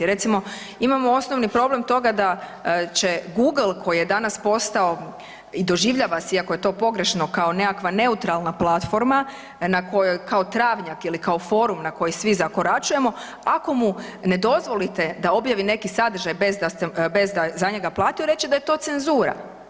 Recimo imamo osnovni problem toga da će Google koji je danas postao i doživljava se iako je to pogrešno kao nekakva neutralna platforma na kojoj, kao travnjak ili kao forum na koji svi zakoračujemo, ako mu ne dozvolite da objavi neki sadržaj bez da je za njega platio reći će da je to cenzura.